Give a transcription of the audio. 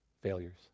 failures